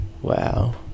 Wow